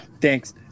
Thanks